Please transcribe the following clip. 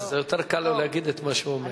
אז יותר קל לו להגיד את מה שהוא אומר.